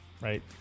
right